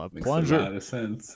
Plunger